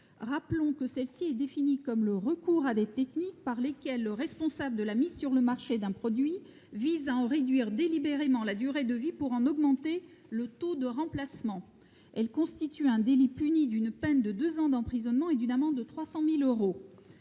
programmée est définie comme le recours à des techniques par lesquelles le responsable de la mise sur le marché d'un produit vise à en réduire délibérément la durée de vie pour en augmenter le taux de remplacement. Elle constitue un délit puni d'une peine de deux ans d'emprisonnement et d'une amende de 300 000 euros.